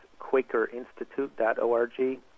quakerinstitute.org